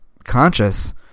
conscious